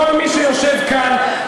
כל מי שיושב כאן,